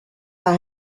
par